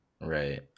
right